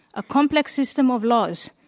a complex system of laws,